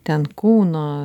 ten kūno